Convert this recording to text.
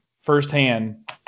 firsthand